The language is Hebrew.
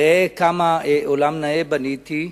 ראה כמה נאה העולם שבניתי,